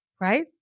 right